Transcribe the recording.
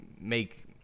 make